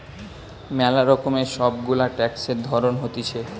ম্যালা রকমের সব গুলা ট্যাক্সের ধরণ হতিছে